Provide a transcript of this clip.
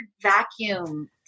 vacuum